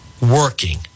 Working